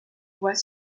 voit